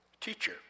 Teacher